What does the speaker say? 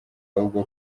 ahubwo